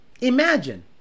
Imagine